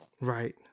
Right